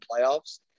playoffs